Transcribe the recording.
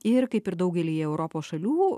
ir kaip ir daugelyje europos šalių